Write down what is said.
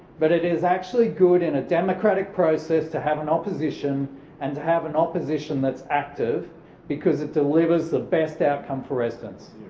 but it is actually good in a democratic process to have an opposition and to have an opposition that's active because it delivers the best outcome for residents.